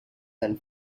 and